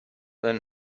then